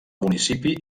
municipi